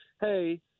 hey